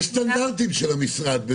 יש סטנדרטים של המשרד.